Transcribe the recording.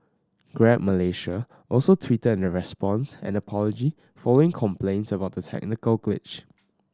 Grab Malaysia also tweeted a response and apology following complaints about the technical glitch